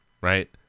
right